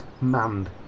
manned